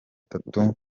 gatatu